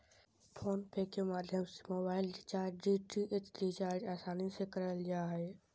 phone पे के माध्यम से मोबाइल रिचार्ज, डी.टी.एच रिचार्ज आसानी से करल जा हय